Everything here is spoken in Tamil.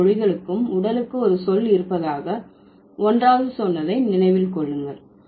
எல்லா மொழிகளுக்கும் உடலுக்கு ஒரு சொல் இருப்பதாக 1வது சொன்னதை நினைவில் கொள்ளுங்கள்